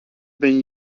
been